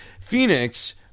Phoenix